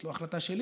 זאת לא החלטה שלי,